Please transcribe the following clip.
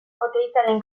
oteizaren